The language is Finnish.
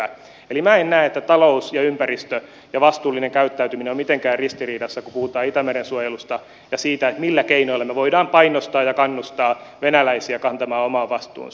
minä en näe että talous ja ympäristö ja vastuullinen käyttäytyminen ovat mitenkään ristiriidassa kun puhutaan itämeren suojelusta ja siitä millä keinoilla me voimme painostaa ja kannustaa venäläisiä kantamaan oman vastuunsa